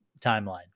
timeline